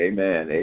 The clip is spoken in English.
Amen